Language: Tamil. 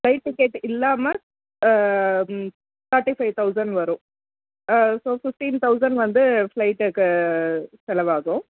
ஃப்ளைட் டிக்கெட் இல்லாமல் ஃபார்ட்டி ஃபைவ் தௌசண்ட் வரும் ஸோ ஃபிஃப்ட்டீன் தௌசண்ட் வந்து ஃப்ளைட்டுக்கு செலவாகும்